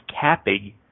capping